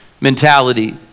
mentality